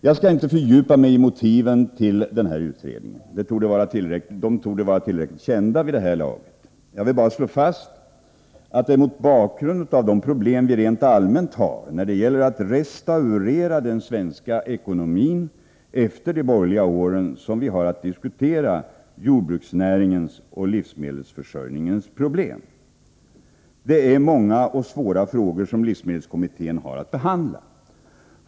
Jag skall inte fördjupa mig i motiven till denna utredning. De torde vara tillräckligt kända vid det här laget. Jag vill bara slå fast att det är mot bakgrund av de problem vi rent allmänt har, när det gäller att restaurera den svenska ekonomin efter de borgerliga åren, som vi har att diskutera jordbruksnäringens och livsmedelsförsörjningens problem. Det är många och svåra frågor som livsmedelskommittén har att behandla.